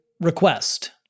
request